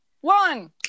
one